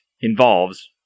involves